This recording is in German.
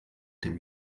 dem